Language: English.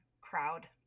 crowd